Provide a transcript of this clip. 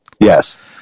yes